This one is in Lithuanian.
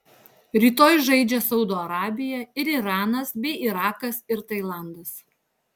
rytoj žaidžia saudo arabija ir iranas bei irakas ir tailandas